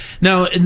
now